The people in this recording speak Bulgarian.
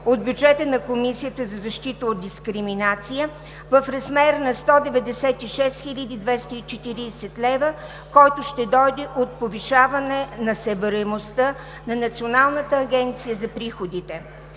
от бюджета на Комисията за защита от дискриминация в размер на 196 хил. 240 лв., който ще дойде от повишаване на събираемостта на Националната агенция за приходите.